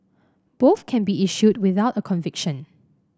both can be issued without a conviction